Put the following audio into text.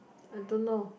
I don't know